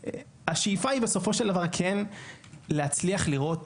השאיפה היא בסופו של דבר כן להצליח לראות